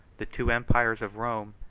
the two empires of rome,